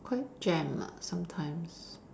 quite jam lah sometimes